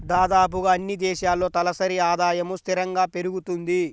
దాదాపుగా అన్నీ దేశాల్లో తలసరి ఆదాయము స్థిరంగా పెరుగుతుంది